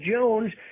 Jones